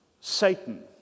Satan